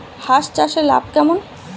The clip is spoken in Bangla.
হাঁস চাষে লাভ কেমন?